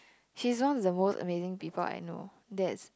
she's one of the most amazing people I know that's